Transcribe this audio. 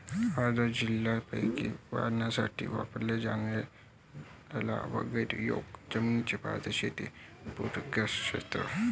अर्ध जलीय पिके वाढवण्यासाठी वापरल्या जाणाऱ्या लागवडीयोग्य जमिनीचे भातशेत पूरग्रस्त क्षेत्र